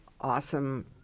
awesome